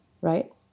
right